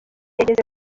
yageze